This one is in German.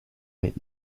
mit